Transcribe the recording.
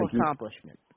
accomplishment